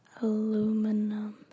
aluminum